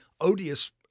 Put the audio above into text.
odious